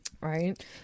Right